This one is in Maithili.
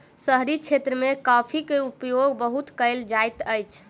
शहरी क्षेत्र मे कॉफ़ीक उपयोग बहुत कयल जाइत अछि